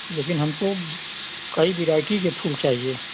लेकिन हमको कई विरायटी के फूल चाहिए